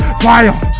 Fire